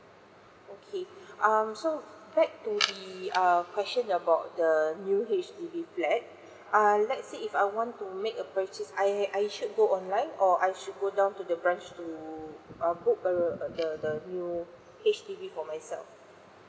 okay um so back to the err question about the new H_D_B flat err let's say if I want to make a purchase I I should go online or I should go down to the branch to uh book err the the new H_D_B for myself